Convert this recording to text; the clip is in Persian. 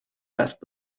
دست